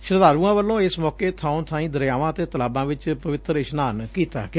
ਸ਼ਰਧਾਲੁਆ ਵੱਲੋਂ ਏਸ ਮੌਕੇ ਬਾਓਂ ਬਾਈਂ ਦਰਿਆਵਾਂ ਅਤੇ ਤਲਾਬਾਂ ਵਿਚ ਪਵਿੱਤਰ ਇਸ਼ਨਾਨ ਕੀਤਾ ਗਿਆ